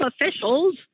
officials